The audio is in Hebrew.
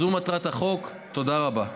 זו מטרת החוק, תודה רבה.